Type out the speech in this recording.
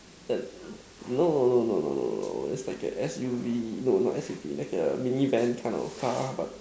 that no no no no no no its like a S_U_V no not S_U_V like a mini van kind of car but